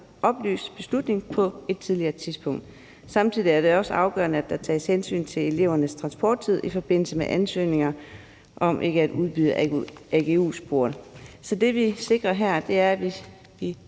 oplyst beslutning på et tidligere tidspunkt. Samtidig er det også afgørende, at der tages hensyn til elevernes transporttid i forbindelse med ansøgninger om ikke at udbyde agu-sporet. Så det, vi sikrer her, er en øget